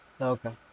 Okay